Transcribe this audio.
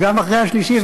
וגם אחרי השלישי,